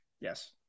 Yes